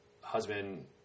husband